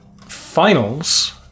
finals